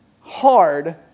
hard